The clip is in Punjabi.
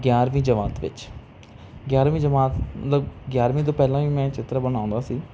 ਗਿਆਰ੍ਹਵੀਂ ਜਮਾਤ ਵਿੱਚ ਗਿਆਰ੍ਹਵੀਂ ਜਮਾਤ ਮਤਲਬ ਗਿਆਰ੍ਹਵੀਂ ਤੋਂ ਪਹਿਲਾਂ ਵੀ ਮੈਂ ਚਿੱਤਰ ਬਣਾਉਂਦਾ ਸੀ